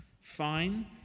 fine